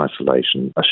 isolation